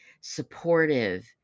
supportive